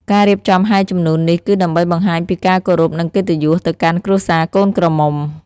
ការរៀបចំហែជំនូននេះគឺដើម្បីបង្ហាញពីការគោរពនិងកិត្តិយសទៅកាន់គ្រួសារកូនក្រមុំ។